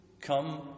come